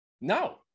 no